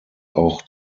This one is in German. auch